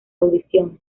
audición